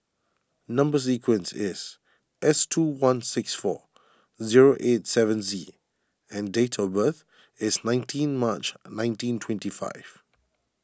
Number Sequence is S two one six four zero eight seven Z and date of birth is nineteen March nineteen twenty five